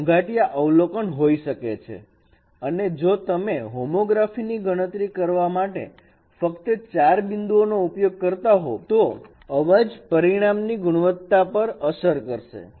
અને જો તમે હોમોગ્રાફી ની ગણતરી કરવા માટે ફક્ત 4 બિંદુઓ નો ઉપયોગ કરતા હોવ તો તે અવાજ પરિણામની ગુણવત્તા પર અસર કરશે